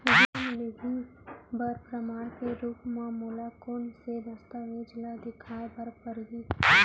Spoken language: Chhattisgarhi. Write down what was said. ऋण लिहे बर प्रमाण के रूप मा मोला कोन से दस्तावेज ला देखाय बर परही?